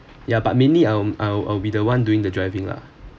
ya but mainly um I'll I'll be the one doing the driving lah